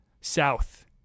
South